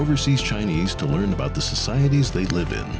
overseas chinese to learn about the societies they live in